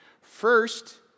First